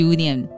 Union